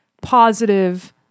positive